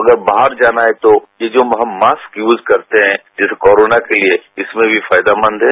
अगर बाहर जाना है तो ये जो हम मास्क यूज करते हैंजैसे कोरोना के लिए इसमें भी फायदेमंद है